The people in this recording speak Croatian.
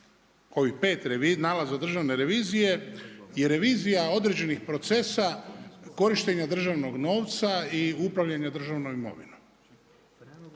ovih pet nalaza Državne revizije i revizija određenih procesa korištenja državnog novca i upravljanja državnom imovinom.